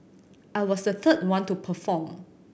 I was the third one to perform